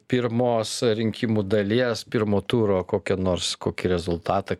pirmos rinkimų dalies pirmo turo kokią nors kokį rezultatą